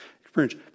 experience